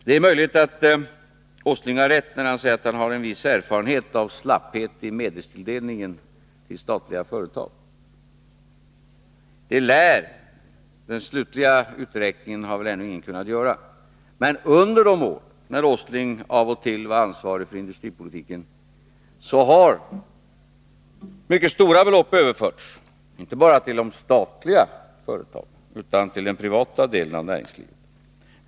Det är möjligt att Nils Åsling har rätt när han säger att han har en viss erfarenhet av slapphet i medelstilldelningen till statliga företag. Den slutliga uträkningen har ännu ingen kunnat göra, men under de år när Nils Åsling av och till var ansvarig för industripolitiken har mycket stora belopp överförts inte bara till de statliga företagen utan även till den privata delen av näringslivet.